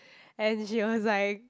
and she was like